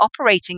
operating